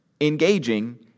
engaging